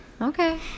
Okay